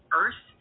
earth